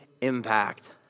impact